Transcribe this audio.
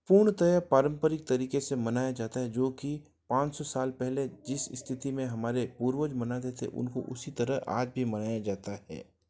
पूर्णतः पारंपरिक तरीके से मनाया जाता है जोकि पाँच सौ साल पहले जिस स्थिति में हमारे पूर्वज मनाते थे उनको उसी तरह आज भी मनाया जाता है